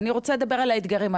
אז אני רוצה לדבר על האתגרים.